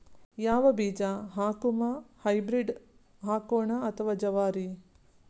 ಯಾವ ಬೀಜ ಹಾಕುಮ, ಹೈಬ್ರಿಡ್ ಹಾಕೋಣ ಅಥವಾ ಜವಾರಿ?